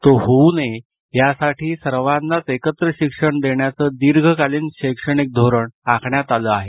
तो होऊ नये यासाठी सर्वांनाच एकत्र शिक्षण देण्याचं दीर्घकालीन शैक्षणिक धोरण आखण्यात आलं आहे